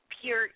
Pure